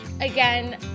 again